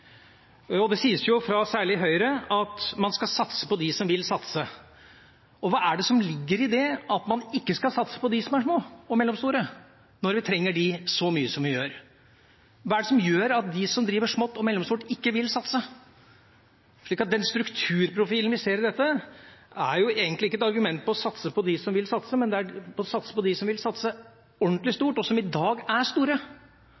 snu. Det sies, særlig fra Høyre, at man skal satse på dem som vil satse. Hva er det som ligger i det at man ikke skal satse på dem som er små og mellomstore, når vi trenger dem så mye som vi gjør? Hva er det som gjør at de som driver smått og mellomstort, ikke vil satse? Den strukturprofilen vi ser i dette, er jo egentlig ikke et argument for å satse på dem som vil satse, men å satse på dem som vil satse ordentlig stort, og som i dag er store.